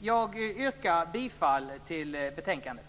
Jag yrkar bifall till hemställan i betänkandet.